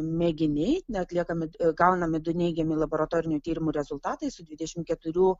mėginiai neatliekami gaunami du neigiami laboratorinių tyrimų rezultatai su dvidešimt keturių